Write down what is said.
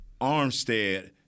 armstead